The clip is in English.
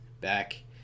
back